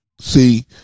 See